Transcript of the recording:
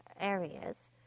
areas